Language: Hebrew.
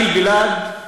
(אומר בערבית: